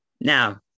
Now